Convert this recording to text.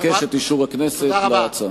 אבקש את אישור הכנסת להצעה.